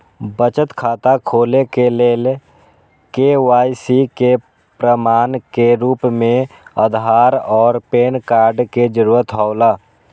बचत खाता खोले के लेल के.वाइ.सी के प्रमाण के रूप में आधार और पैन कार्ड के जरूरत हौला